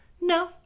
no